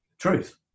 truth